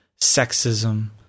sexism